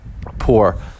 poor